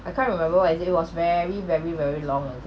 I can't remember as it was very very very long ago